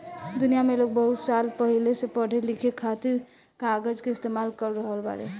दुनिया में लोग बहुत साल पहिले से पढ़े लिखे खातिर कागज के इस्तेमाल कर रहल बाड़े